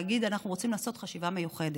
להגיד: אנחנו רוצים לעשות חשיבה מיוחדת,